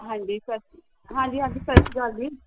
ਹਾਂਜੀ ਸਸ ਹਾਂਜੀ ਹਾਂਜੀ ਸਤਿ ਸ਼੍ਰੀ ਅਕਾਲ ਜੀ